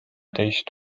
teist